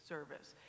service